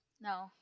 No